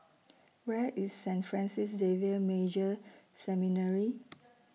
Where IS Saint Francis Xavier Major Seminary